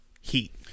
heat